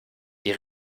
die